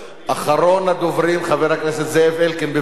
אחרון הדוברים, חבר הכנסת זאב אלקין, בבקשה.